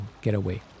getaway